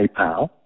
PayPal